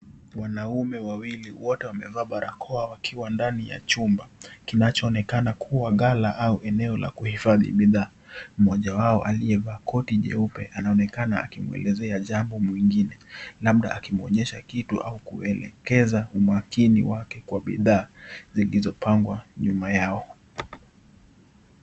Wanaume wawili wote wamevaa barakoa wakiwa ndani ya chumba kinachoonekana kuwa gala au eneo la kuhifadhi bidhaa, mmoja wao aliyevaa koti jeupe anaonekana akimwelezea jambo mwingine, labda akimwonyesha kitu au kuelekeza umakini wake kwa bidhaa zilizopangwa nyuma yao.